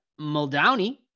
Muldowney